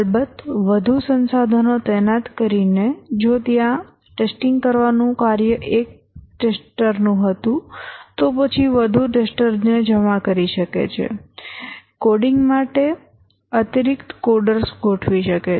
અલબત્ત વધુ સંસાધનો તૈનાત કરીને જો ત્યાં પરીક્ષણ કરવાનું કાર્ય એક પરીક્ષકનું હતું તો પછી વધુ પરીક્ષકોને જમા કરી શકે છે કોડિંગ માટે અતિરિક્ત કોડર્સ ગોઠવી શકે છે